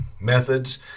methods